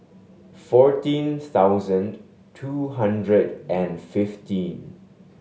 fourteen thousand two hundred and fifteen